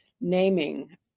naming